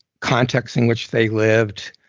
context in which they lived,